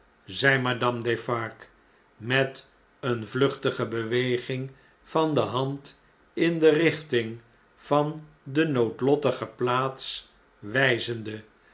zei madame defarge met eene vluchtige beweging van de hand in de richting van de noodlottige plaats